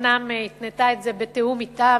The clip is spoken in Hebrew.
אומנם היא התנתה את זה בתיאום אתה,